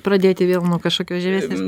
pradėti vėl nuo kažkokios žemesnės